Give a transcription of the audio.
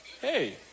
hey